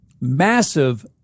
massive